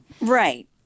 Right